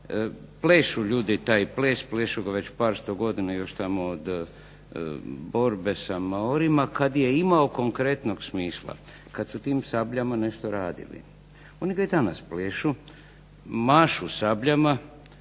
Plešu ljudi taj ples, plešu ga već par sto godina i još tamo od borbe sa Maorima kada je imao konkretnog smisla, kada su tim sabljama nešto radili. Oni ga i danas plešu, mašu sabljama,